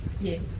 Yes